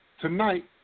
tonight